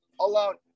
alone